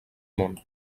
món